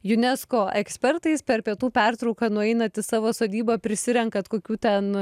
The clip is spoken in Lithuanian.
unesco ekspertais per pietų pertrauką nueinat į savo sodybą prisirenkat kokių ten